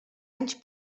anys